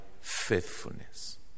faithfulness